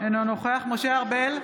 אינו נוכח משה ארבל,